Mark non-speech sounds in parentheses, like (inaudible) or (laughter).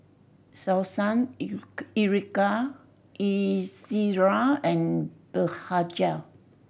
Selsun (unintelligible) Ezerra and Blephagel